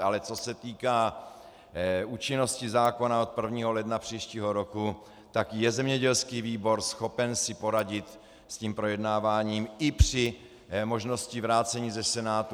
Ale co se týká účinnosti zákona od 1. ledna příštího roku, tak je zemědělský výbor schopen si poradit s projednáváním i při možnosti vrácení ze Senátu.